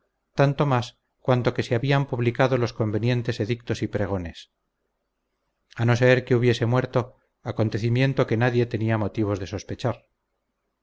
tanto más cuanto que se habían publicado los convenientes edictos y pregones a no ser que hubiese muerto acontecimiento que nadie tenía motivos de sospechar